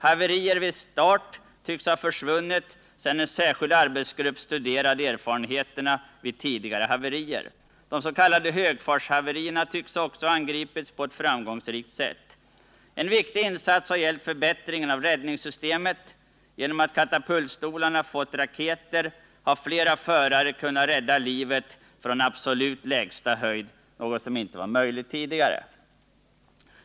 Haverier vid start tycks ha försvunnit sedan en särskild arbetsgrupp studerade erfarenheterna från tidigare haverier. De s.k. högfartshaverierna tycks också ha angripits på ett framgångsrikt sätt. En viktig insats har gällt förbättringen av räddningssystemen. Genom att katapultstolarna fått raketer har flera förare kunnat rädda livet från absolut lägsta höjd, vilket inte tidigare var möjligt.